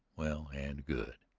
well and good.